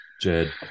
Jed